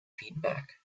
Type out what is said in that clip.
feedback